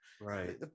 right